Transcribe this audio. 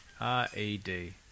R-E-D